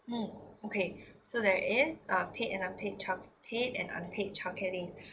mm okay so there is uh paid and unpaid child paid and unpaid childcare leave